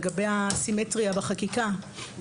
לגבי הסימטריה בחקיקה,